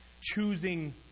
choosing